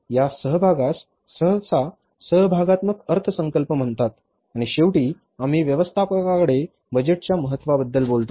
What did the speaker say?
या सहभागास सहसा सहभागात्मक अर्थसंकल्प म्हणतात आणि शेवटी आम्ही व्यवस्थापकाकडे बजेटच्या महत्त्वबद्दल बोलतो